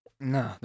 No